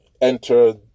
enter